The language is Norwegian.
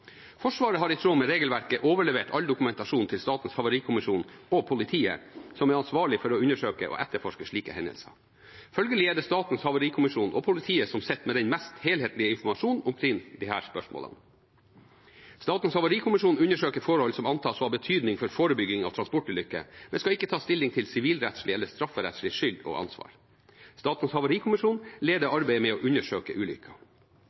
Forsvaret har, i tråd med regelverket, overlevert all dokumentasjon til Statens havarikommisjon og politiet, som er ansvarlige for å undersøke og etterforske slike hendelser. Følgelig er det Statens havarikommisjon og politiet som sitter med den mest helhetlige informasjonen om disse spørsmålene. Statens havarikommisjon undersøker forhold som antas å ha betydning for forebygging av transportulykker, men skal ikke ta stilling til sivilrettslig eller strafferettslig skyld og ansvar. Statens havarikommisjon leder